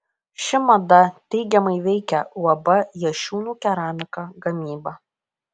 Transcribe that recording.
ši mada teigiamai veikia uab jašiūnų keramika gamybą